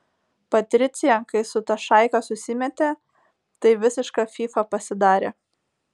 patricija kai su ta šaika susimetė tai visiška fyfa pasidarė